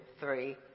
three